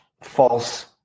false